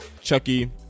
Chucky